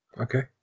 okay